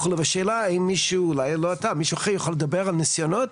והשאלה האם מישהו יכול לדבר על נסיונות